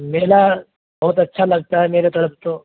میلہ بہت اچھا لگتا ہے میرے طرف تو